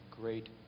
great